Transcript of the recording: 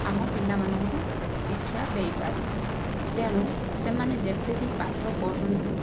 ଆମ ପିଲାମାନଙ୍କୁ ଶିକ୍ଷା ଦେଇପାରିବା ତେଣୁ ସେମାନେ ଯେତେ ବି ପାଠ ପଢ଼ନ୍ତୁ